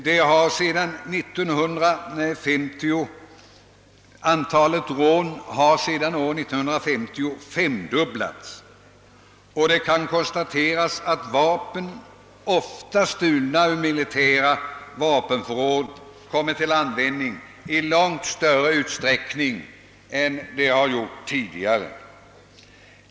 Sedan 1950 har antalet rån femdubblats, och ofta har konstaterats att vapen som stulits ur militära vapenförråd har kommit till användning, något som skett i långt större utsträckning än tidigare.